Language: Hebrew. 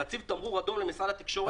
להציב תמרור אדום למשרד התקשורת.